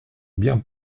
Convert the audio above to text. bien